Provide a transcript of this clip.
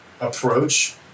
approach